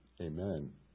Amen